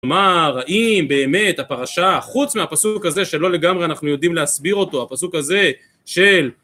כלומר, האם באמת הפרשה, חוץ מהפסוק הזה שלא לגמרי אנחנו יודעים להסביר אותו, הפסוק הזה של